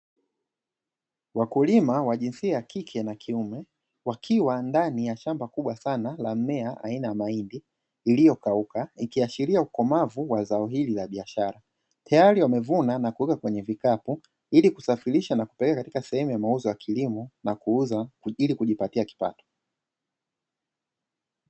Wakulima wa jinsia ya kike na kiume wakiwa ndani ya shamba kubwa sana la mmea aina ya mahindi iliyokauka, ikiashiria ukomavu wa zao hili la biashara tayari wamevuna na kuweka kwenye vikapu ili kusafirisha na kupeleka katika sehemu ya mauzo ya kilimo na kuuza ili kujipatia kipato.